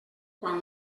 quan